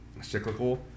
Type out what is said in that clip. cyclical